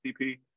CP